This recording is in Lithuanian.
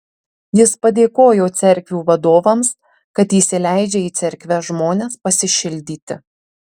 jis padėkojo cerkvių vadovams kad įsileidžia į cerkves žmones pasišildyti